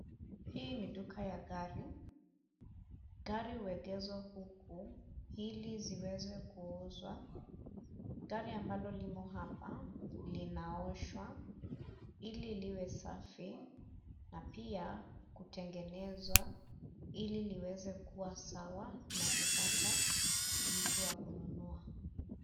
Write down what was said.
Hii ni duka ya gari. Gari huegezwa huku ili ziweze kuuzwa. Gari ambalo limo hapa linaoshwa ili liwe safi na pia kutengenezwa ili liweze kuwa sawa na kupata mtu wa kununua.